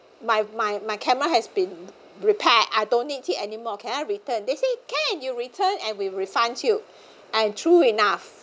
my my my camera has been repaired I don't need it anymore can I return they say can you return and we refund you and true enough